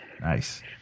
Nice